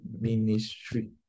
ministry